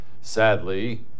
Sadly